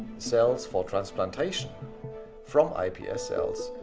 cells for transplantation from ips cells,